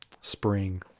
spring